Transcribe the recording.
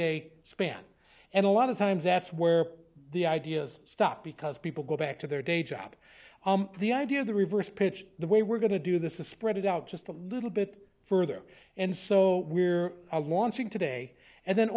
day span and a lot of times that's where the ideas stop because people go back to their day job the idea of the reverse pitch the way we're going to do this is spread out just a little bit further and so we're launching today and then